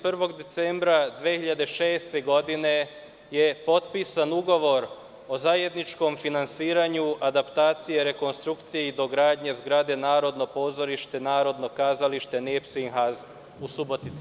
Dvadeset i prvog decembra 2006. godine je potpisan ugovor o zajedničkom finansiranju adaptacije, rekonstrukcije i dogradnje zgrade Narodnog pozorišta, Narodnog kazališta, Nepszinhaz u Subotici.